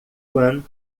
guam